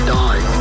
die